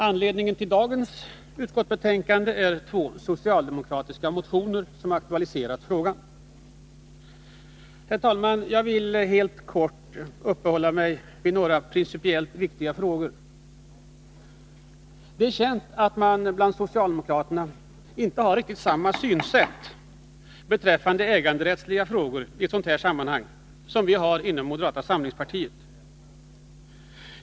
Anledningen till dagens utskottsbetänkande är att man i två socialdemokratiska motioner har aktualiserat frågan. Herr talman! Jag vill inledningsvis helt kortfattat uppehålla mig vid några principiellt viktiga frågor. Det är känt att man bland socialdemokraterna inte har riktigt samma synsätt på äganderättsliga frågor i ett sådant här sammanhang som vi har inom moderata samlingspartiet.